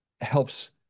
helps